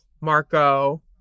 Marco